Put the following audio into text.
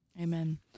Amen